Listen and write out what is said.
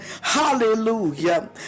hallelujah